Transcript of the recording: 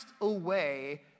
away